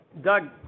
Doug